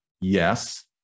yes